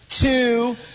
two